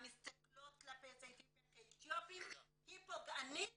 המסתכלות כלפי יוצאי אתיופיה כאתיופים היא פוגענית